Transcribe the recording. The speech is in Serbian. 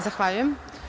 Zahvaljujem.